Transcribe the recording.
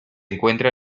encuentra